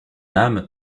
âme